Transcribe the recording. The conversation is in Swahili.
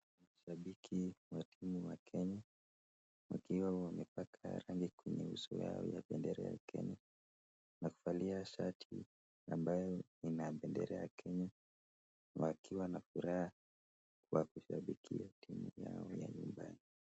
Mashabiki wa timu wa Kenya wakiwa wamepaka rangi kwenye uso yao ya bendera ya Kenya na kuvalia shati ambayo ina bendera ya Kenya wakiwa na furaha wa kushabikia timu yao ya nyumbani.